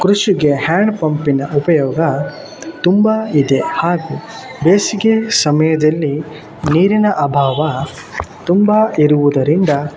ಕೃಷಿಗೆ ಹ್ಯಾಂಡ್ ಪಂಪಿನ ಉಪಯೋಗ ತುಂಬಾ ಇದೆ ಹಾಗು ಬೇಸಿಗೆ ಸಮಯದಲ್ಲಿ ನೀರಿನ ಅಭಾವ ತುಂಬಾ ಇರುವುದರಿಂದ